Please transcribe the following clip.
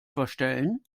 verstellen